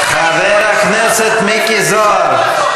תתביישי לך.